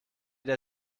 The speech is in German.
der